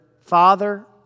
father